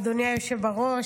אדוני היושב בראש.